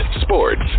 sports